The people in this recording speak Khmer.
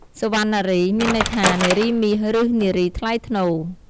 សុវណ្ណារី មានន័យថា នារីមាស ឬ នារីថ្លៃថ្នូរ។